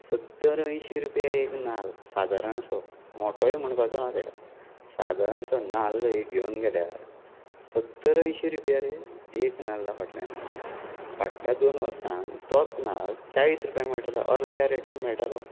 सत्तर अंयशीं रुपया एक नाल्ल सादारणसो मोटोय म्हणपाचो ना ताका सादारणसो नाल्लय घेवन गेल्यार सत्तर अंयशीं रुपया रे एक नाल्ला फाटल्यान फाटल्या दोन वर्सांक तोच नालल चाळीस रुपयांक मेळटालो अर्द्या रेटान मेळटालो